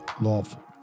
lawful